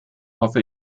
hoffe